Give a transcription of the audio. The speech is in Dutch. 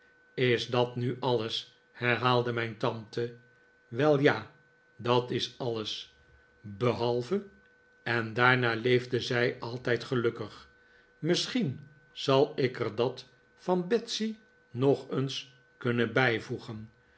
is dat nu alles herhaalde mijn tante wel ja dat is alles behalve en daarna leefde zij altijd gelukkig misschien zal ik er dat van betsey nog eens kunnen bijvoegen